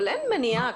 אבל אין מניעה.